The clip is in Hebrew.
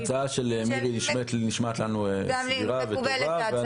ההצעה של מירי נשמעת לנו סבירה וטובה.